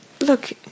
look